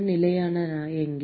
நிலையான எங்கே